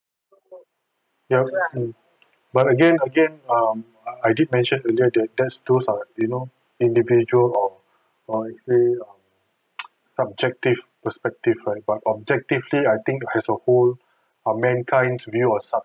yes mm but again again um I did mention earlier that those are you know individual or how to say um subjective perspective right but objectively I think as a whole our mankind's view on suc~